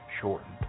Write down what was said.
shortened